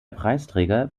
preisträger